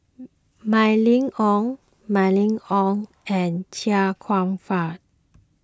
Mylene Ong Mylene Ong and Chia Kwek Fah